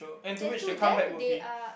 that to them they are